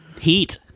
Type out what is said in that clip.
Heat